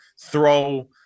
throw